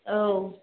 औ